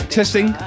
testing